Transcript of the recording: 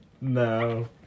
No